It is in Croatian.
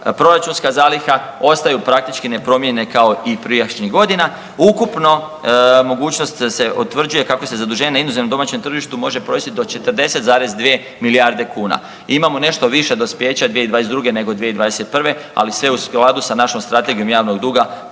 proračunska zaliha, ostaju praktički nepromijenjene kao i prijašnjih godina. Ukupno mogućnost se utvrđuje kako se zaduženje na inozemnom i domaćem tržištu može provesti do 40,2 milijarde kuna. Imamo nešto više dospijeća 2022. nego 2021., ali sve u skladu sa našom strategijom javnog duga planiramo